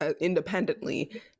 independently